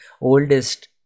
oldest